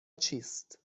چیست